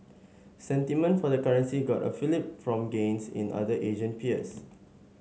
sentiment for the currency got a fillip from gains in other Asian peers